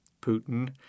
Putin